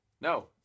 No